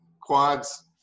quads